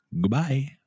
Goodbye